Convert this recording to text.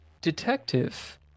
Detective